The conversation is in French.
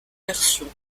versions